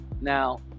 Now